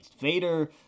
Vader